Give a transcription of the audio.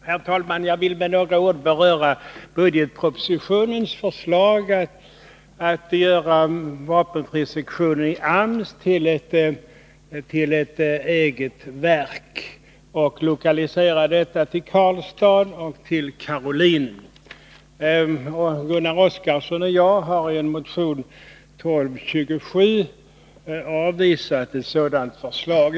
Herr talman! Jag vill med några ord beröra budgetpropositionens förslag att man skall låta vapenfrisektionen inom AMS bilda ett eget verk och lokalisera detta till Karlstad och till Karolinen. Gunnar Oskarson och jag har i motion 1527 avvisat ett sådant förslag.